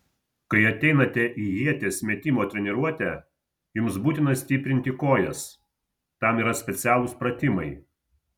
kai ateinate į ieties metimo treniruotę jums būtina stiprinti kojas tam yra specialūs pratimai